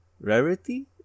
Rarity